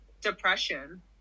depression